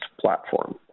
platform